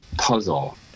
puzzle